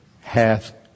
Hath